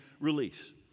release